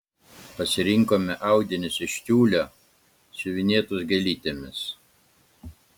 pasirinkome audinius iš tiulio siuvinėtus gėlytėmis